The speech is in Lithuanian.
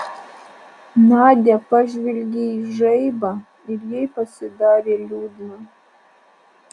nadia pažvelgė į žaibą ir jai pasidarė liūdna